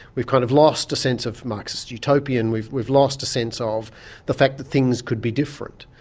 we've kind of lost a sense of marxist utopian, we've we've lost a sense of the fact that things could be different.